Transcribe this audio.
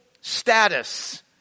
status